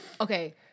okay